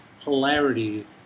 polarity